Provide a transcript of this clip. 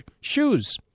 shoes